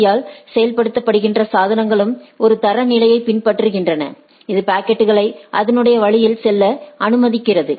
பீ ஆல் செயல்படுத்தபடுகின்ற சாதனங்களும் ஒரு தரநிலையைப் பின்பற்றுகின்றன இது பாக்கெட்களை அதனுடைய வழியில் செல்ல அனுமதிக்கிறது